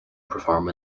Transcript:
perform